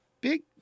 big